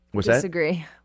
disagree